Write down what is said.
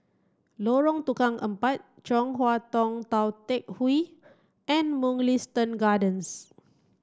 Lorong Tukang Empat Chong Hua Tong Tou Teck Hwee and Mugliston Gardens